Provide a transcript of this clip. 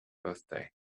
birthday